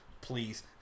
please